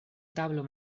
tablo